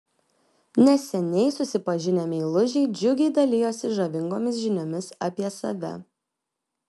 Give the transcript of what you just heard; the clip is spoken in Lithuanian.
neseniai susipažinę meilužiai džiugiai dalijosi žavingomis žiniomis apie save